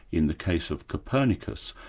in the case of copernicus,